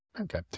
Okay